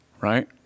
right